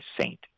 saint